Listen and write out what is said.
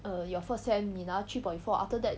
err your first sem 你拿 three point four after that